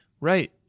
right